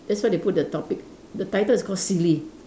that's why they put the topic the title is called silly